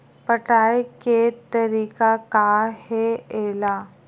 पटाय के तरीका का हे एला?